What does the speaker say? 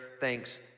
thanks